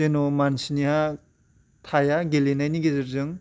जेन' मानसिनिहा थाया गेलेनायनि गेजेरजों